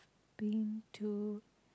been to